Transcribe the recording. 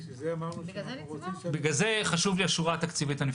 בגלל זה אמרנו שאנחנו רוצים --- בגלל זה לצבוע אותו.